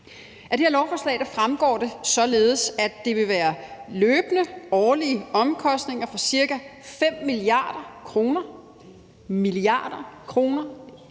Af det her lovforslag fremgår det således, at der vil være løbende årlige omkostninger for ca. 5 mia. kr.,